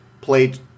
played